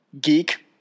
Geek